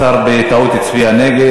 השר בטעות הצביע נגד.